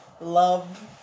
love